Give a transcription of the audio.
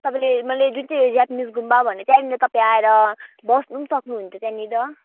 तपाईँले मैले जुन चाहिँ जापानिज गुम्बा भने त्यहाँनिर तपाईँ आएर बस्नु पनि सक्नुहुन्छ त्यहाँनिर